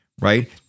right